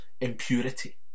impurity